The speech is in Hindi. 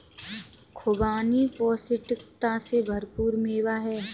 खुबानी पौष्टिकता से भरपूर मेवा है